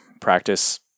practice